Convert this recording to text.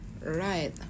Right